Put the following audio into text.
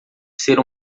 ser